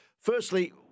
Firstly